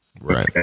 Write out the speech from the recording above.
right